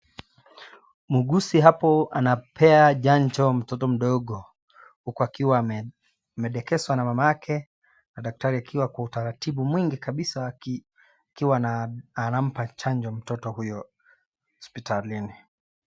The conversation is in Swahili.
Muuguzi hapo anapea chanjo mtoto mdogo, huku akiwa amedekezwa na mamake na daktari akiwa kwa utaratibu mwingi kabisa akiwa anampa chanjo mtoto huyo hospitalini.